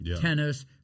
tennis